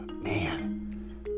man